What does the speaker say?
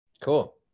Cool